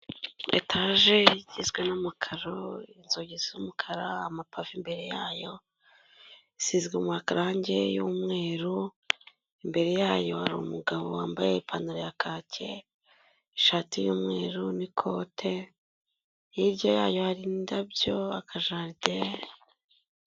etaje igizwe n'umukaro, inzugi z'umukara amapafi imbere yayo isizwe amarange y'umweru, imbere yayo hari umugabo wambaye ipantaro ya kacye shati y'umweru n'ikote hirya yayo hari indabyo akajrideri.